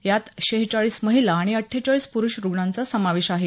यात शेहचाळीस महिला आणि अठ्ठेचाळीस पुरुष रुग्णांचा समावेश आहे